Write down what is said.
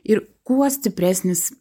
ir kuo stipresnis